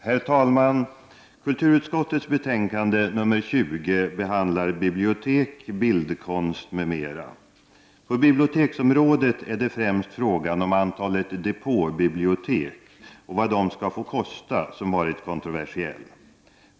Herr talman! Kulturutskottets betänkande nr 20 behandlar bibliotek, bildkonst, m.m. På biblioteksområdet är det främst frågan om antalet depåbibliotek och vad de skall få kosta som varit kontroversiell.